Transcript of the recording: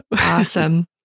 Awesome